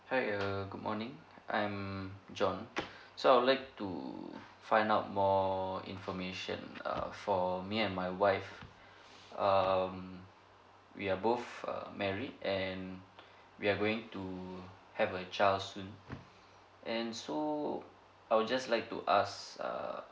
hi err good morning I'm john so I would like to find out more information uh for me and my wife um we are both uh married and we are going to have a child soon and so I would just like to ask err